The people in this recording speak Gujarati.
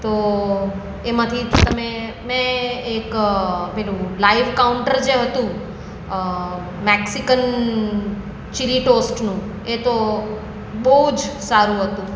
તો એમાંથી તમે મેં એક પેલું લાઈવ કાઉન્ટર જે હતું મેક્સિકન ચીલી ટોસ્ટનું એ તો બહુ જ સારું હતું